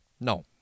No